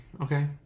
Okay